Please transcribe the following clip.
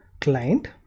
client